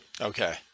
okay